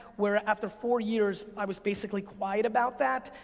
where after four years i was basically quiet about that,